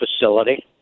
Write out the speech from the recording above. facility